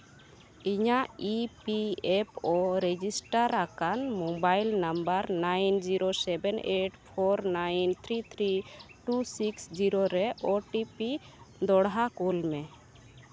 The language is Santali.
ᱤᱧᱟᱹ E P F O register ᱟᱠᱟᱱ mobile number nine zero seven eight four nine three three two six zero ᱨᱮ ᱳ ᱴᱤ ᱯᱤ ᱫᱚᱲᱦᱟ ᱠᱩᱞ ᱢᱮ